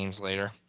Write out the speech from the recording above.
later